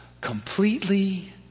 completely